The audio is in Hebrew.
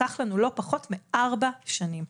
לקח לנו לא פחות מארבע שנים,